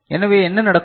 எனவே என்ன நடக்கும்